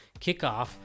kickoff